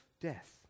death